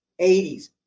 80s